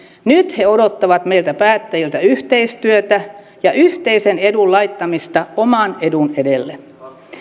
nyt he odottavat meiltä päättäjiltä yhteistyötä ja yhteisen edun laittamista oman edun edelle